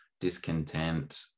discontent